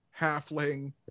Halfling